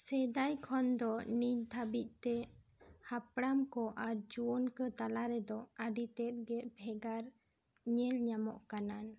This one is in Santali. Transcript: ᱥᱮᱫᱟᱭ ᱠᱷᱚᱱ ᱫᱚ ᱱᱤᱛ ᱫᱷᱟᱹᱵᱤᱡ ᱛᱮ ᱦᱟᱯᱟᱲᱟᱢ ᱠᱚ ᱟᱨ ᱡᱩᱭᱟᱹᱱ ᱠᱚ ᱛᱟᱞᱟ ᱨᱮᱫᱚ ᱟᱹᱰᱤ ᱛᱮᱫᱜᱮ ᱵᱷᱮᱜᱟᱨ ᱧᱮᱞ ᱧᱟᱢᱚᱜ ᱠᱟᱱᱟ